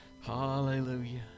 Hallelujah